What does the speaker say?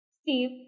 Steve